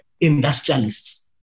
industrialists